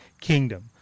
kingdom